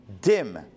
dim